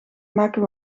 maken